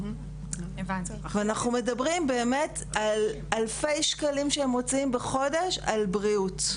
אנחנו מדברים באמת על אלפי שקלים שהם מוציאים בחודש על בריאות.